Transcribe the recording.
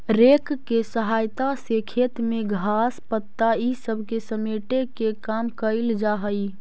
rake के सहायता से खेत में घास, पत्ता इ सब के समेटे के काम कईल जा हई